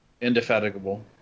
Indefatigable